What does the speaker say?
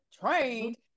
trained